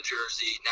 Jersey